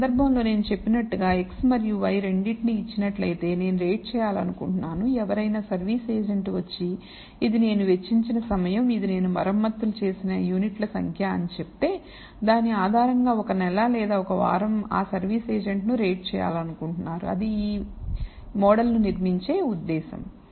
ఈ సందర్భంలో నేను చెప్పినట్లుగా x మరియు y రెండింటినీ ఇచ్చినట్లయితే నేను రేట్ చేయాలనుకుంటున్నాను ఎవరైనా సర్వీస్ ఏజెంట్ వచ్చి ఇది నేను వెచ్చించిన సమయం ఇవి నేను మరమ్మతులు చేసిన యూనిట్ల సంఖ్య అని చెప్తే దాని ఆధారంగా ఒక నెల లేదా ఒక వారం ఆ సర్వీస్ ఏజెంట్ ను రేట్ చేయాలనుకుంటున్నారుఅది ఈ మోడల్ ను నిర్మించే ఉద్దేశ్యం